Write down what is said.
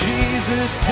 Jesus